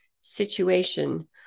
situation